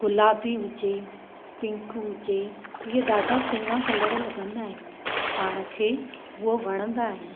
गुलाबी हुजे पिंक हुजे इहे ॾाढा सुहिणा कलर लॻंदा आहिनि पाण खे उहे वणंदा आहिनि